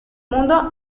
mundo